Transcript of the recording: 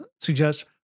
suggest